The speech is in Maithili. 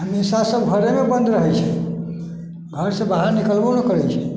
हमेशा सभ घरेमे बन्द रहैत छै घरसँ बाहर निकलबो नहि करैत छै